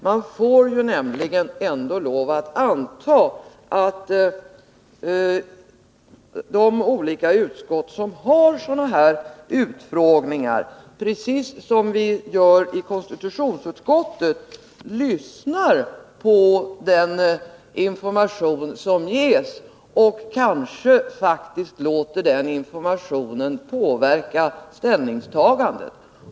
Man får ändå lov att anta att de olika utskott som har sådana här utfrågningar, precis som vi gör i konstitutionsutskottet, lyssnar på den information som ges och kanske faktiskt låter den informationen påverka ställningstaganden.